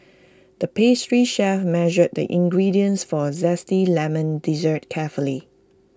the pastry chef measured the ingredients for A Zesty Lemon Dessert carefully